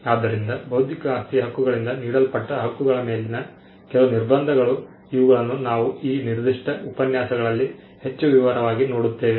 ಆದ್ದರಿಂದ ಬೌದ್ಧಿಕ ಆಸ್ತಿಯ ಹಕ್ಕುಗಳಿಂದ ನೀಡಲ್ಪಟ್ಟ ಹಕ್ಕುಗಳ ಮೇಲಿನ ಕೆಲವು ನಿರ್ಬಂಧಗಳು ಇವುಗಳನ್ನು ನಾವು ಈ ನಿರ್ದಿಷ್ಟ ಉಪನ್ಯಾಸಗಳಲ್ಲಿ ಹೆಚ್ಚು ವಿವರವಾಗಿ ನೋಡುತ್ತೇವೆ